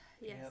Yes